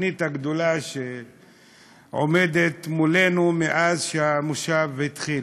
התוכנית הגדולה שעומדת מולנו מאז שהמושב התחיל.